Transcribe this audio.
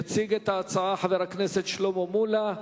יציג את ההצעה חבר הכנסת שלמה מולה.